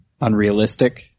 unrealistic